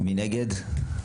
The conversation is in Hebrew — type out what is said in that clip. מי נגד?